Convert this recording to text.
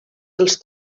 als